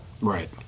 Right